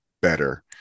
better